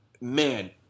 man